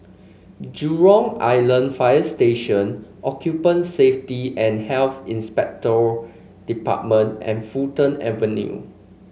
Jurong Island Fire Station Safety and Health Inspectorate Department and Fulton Avenue